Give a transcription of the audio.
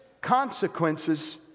consequences